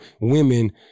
women